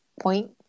point